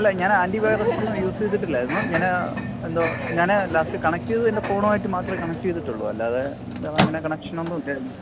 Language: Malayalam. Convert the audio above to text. അല്ല ഞാനാൻറ്ററിവൈറസൊന്നും യൂസ് ചെയ്തിട്ടില്ലായിരുന്നു ഞാന് എന്തോ ഞാന് ലാസ്റ്റ് കണക്ട് ചെയ്ത് എൻ്റെ ഫോണുമായിട്ട് മാത്രമേ കണക്ട് ചെയ്തിട്ടുള്ളു അല്ലാതെ അങ്ങനെ കണക്ഷനൊന്നും ഇല്ലായിരുന്നു